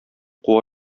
куа